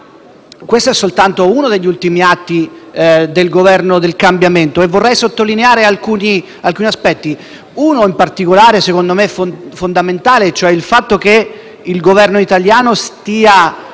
questo è soltanto uno degli ultimi atti del Governo del cambiamento, di cui vorrei sottolineare alcuni aspetti. Uno, in particolare, secondo me è fondamentale: mi riferisco al fatto che il Governo italiano stia